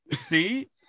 See